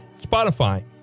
Spotify